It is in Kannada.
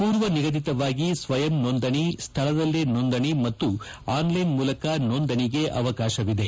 ಪೂರ್ವನಿಗದಿತವಾಗಿ ಸ್ವಯಂ ನೋಂದಣಿ ಸ್ವಳದಲ್ಲೇ ನೋಂದಣಿ ಮತ್ತು ಆನ್ಲ್ಯೆನ್ ಮೂಲಕ ನೋಂದಣಿಗೆ ಅವಕಾಶವಿದೆ